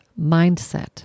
mindset